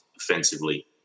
offensively